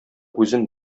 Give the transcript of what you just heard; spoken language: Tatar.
үзен